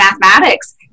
mathematics